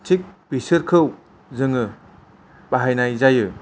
थिख बेसोरखौ जोङाे बाहायनाय जायो